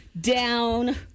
down